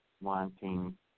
wanting